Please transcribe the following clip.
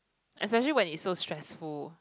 especially when it's so stressful